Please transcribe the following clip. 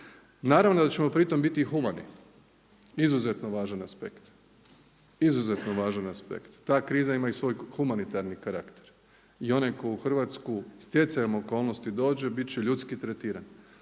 Naravno da ćemo pritom biti i humani. Izuzetno važan aspekt, izuzetno važan aspekt. Ta kriza ima i svoj humanitarni karakter i onaj tko u Hrvatsku stjecajem okolnosti dođe bit će ljudski tretiran.